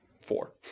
four